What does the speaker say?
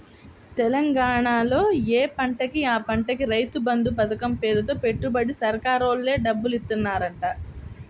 తెలంగాణాలో యే పంటకి ఆ పంటకి రైతు బంధు పతకం పేరుతో పెట్టుబడికి సర్కారోల్లే డబ్బులిత్తన్నారంట